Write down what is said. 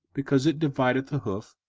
because it divideth the hoof,